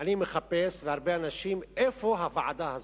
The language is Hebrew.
אני מחפש, והרבה אנשים, איפה הוועדה הזו?